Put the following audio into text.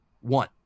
One